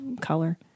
color